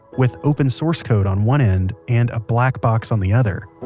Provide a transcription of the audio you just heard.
with open source code on one end, and a black box on the other